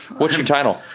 what's your title?